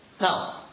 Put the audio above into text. Now